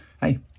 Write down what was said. Hey